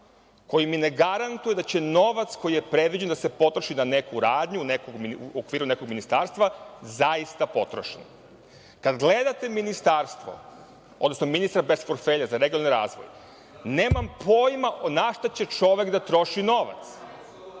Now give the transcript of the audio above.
koji mi ne garantuje da će novac koji je predviđen da se potroši na neku radnju, u okviru nekog ministarstva zaista potroši. Kada gledate ministarstvo, odnosno ministra bez portfelja za regionalni razvoj, nemam pojma na šta će čovek da troši novac.